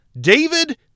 David